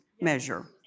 measure